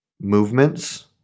movements